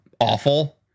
awful